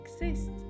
exist